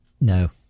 no